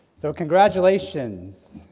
so, congratulations,